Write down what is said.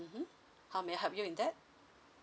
mmhmm how may I help you in that